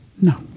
No